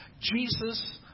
Jesus